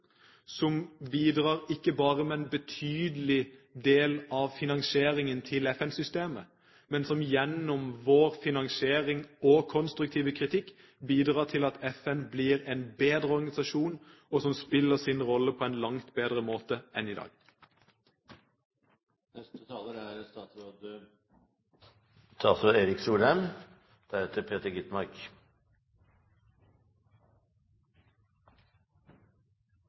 som ikke bare bidrar med en betydelig del av finansieringen til FN-systemet, men som gjennom vår finansiering og konstruktive kritikk bidrar til at FN blir en bedre organisasjon, og som spiller sin rolle på en langt bedre måte enn i dag. «Det er resultatene som teller.» Slik startet Peter Skovholt Gitmark